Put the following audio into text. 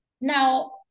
Now